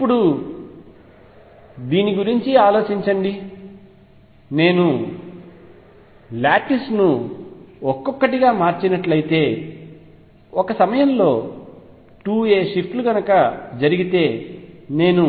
ఇప్పుడు దీని గురించి ఆలోచించండి నేను లాటిస్ ను ఒక్కొక్కటిగా మార్చినట్లయితే ఒక సమయంలో 2a షిఫ్ట్లు జరిగితే నేను